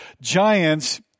giants